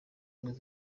ubumwe